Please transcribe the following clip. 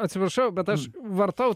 atsiprašau bet aš vartau